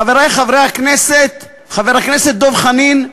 חברי חברי הכנסת, חבר הכנסת דב חנין,